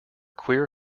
queer